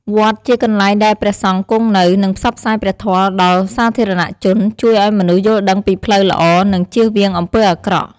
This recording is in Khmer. វត្តជាកន្លែងដែលព្រះសង្ឃគង់នៅ និងផ្សព្វផ្សាយព្រះធម៌ដល់សាធារណជន ជួយឱ្យមនុស្សយល់ដឹងពីផ្លូវល្អ និងចៀសវាងអំពើអាក្រក់។